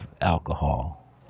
alcohol